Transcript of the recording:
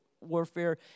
warfare